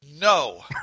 No